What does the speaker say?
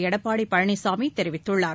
எடப்பாடி பழனிசாமி தெரிவித்துள்ளார்